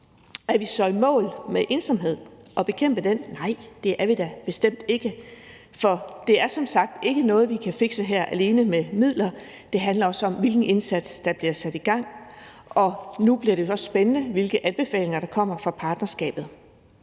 Er vi så i mål med ensomhed og færdige med at bekæmpe den? Nej, det er vi da bestemt ikke. For det er som sagt ikke noget, vi kan fikse her alene med midler. Det handler også om, hvilken indsats der bliver sat i gang, og nu bliver det så spændende, hvilke anbefalinger der kommer fra partnerskabet.